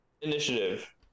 initiative